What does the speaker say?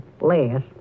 less